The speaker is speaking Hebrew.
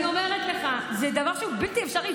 אני אומרת לך, זה דבר בלתי אפשרי.